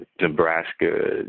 Nebraska